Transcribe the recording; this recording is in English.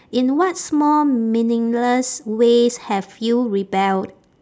in what small meaningless ways have you rebelled